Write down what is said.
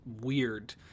weird